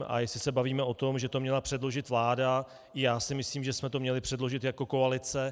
A jestli se bavíme o tom, že to měla předložit vláda, i já si myslím, že jsme to měli předložit jako koalice.